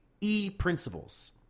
E-principles